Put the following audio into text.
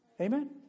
Amen